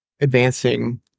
advancing